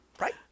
Right